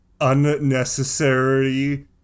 unnecessary